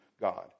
God